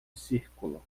círculo